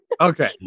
Okay